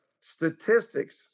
statistics